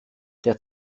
der